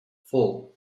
four